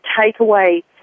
takeaway